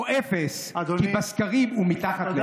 שהוא אפס, כי בסקרים הוא מתחת לאפס.